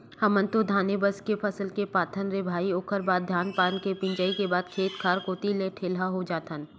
हमन तो धाने बस के फसल ले पाथन रे भई ओखर बाद धान पान के मिंजई के बाद खेत खार कोती ले तो ठेलहा हो जाथन